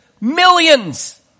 millions